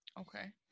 okay